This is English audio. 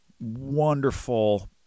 wonderful